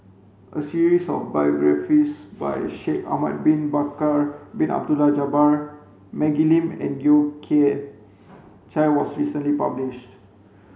a series of biographies by Shaikh Ahmad Bin Bakar Bin Abdullah Jabbar Maggie Lim and Yeo Kian Chai was recently published